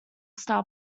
star